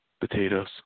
potatoes